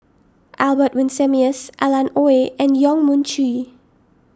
Albert Winsemius Alan Oei and Yong Mun Chee